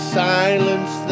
silence